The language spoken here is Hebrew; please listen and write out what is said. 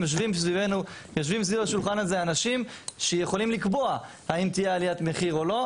יושבים סביב השולחן הזה אנשים שיכולים לקבוע האם תהיה עליית מחיר או לא.